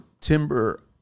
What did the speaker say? timber